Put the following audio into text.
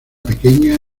pequeña